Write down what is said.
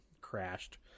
crashed